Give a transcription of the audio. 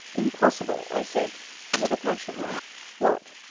impossible! i said with a passion what!